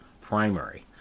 primary